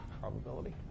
probability